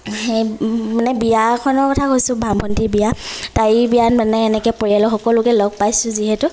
সেই মানে বিয়া এখনৰ কথা কৈছোঁ ভা ভণ্টীৰ বিয়া তাইৰ বিয়াত মানে এনেকৈ পৰিয়ালৰ সকলোকে লগ পাইছোঁ যিহেতু